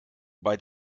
bei